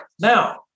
Now